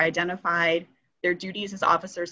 identified their duties as officers